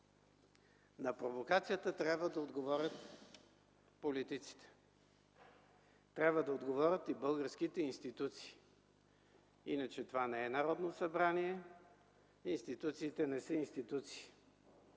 На провокацията трябва да отговорят политиците, трябва да отговорят и българските институции, иначе това не е Народно събрание и институциите не са институции.